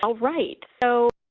ah right. so